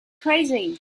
crazy